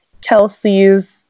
Kelsey's